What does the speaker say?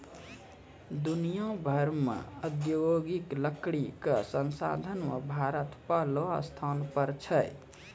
दुनिया भर मॅ औद्योगिक लकड़ी कॅ संसाधन मॅ भारत पहलो स्थान पर छै